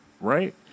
right